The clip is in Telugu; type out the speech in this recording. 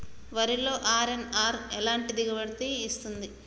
వరిలో అర్.ఎన్.ఆర్ ఎలాంటి దిగుబడి ఇస్తుంది?